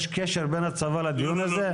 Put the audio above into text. יש קשר בין הצבא לדיון הזה?